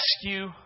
Rescue